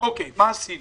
מה עשינו